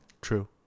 True